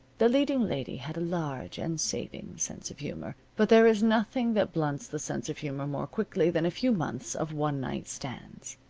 the leading lady had a large and saving sense of humor. but there is nothing that blunts the sense of humor more quickly than a few months of one-night stands.